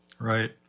right